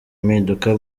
impinduka